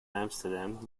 amsterdam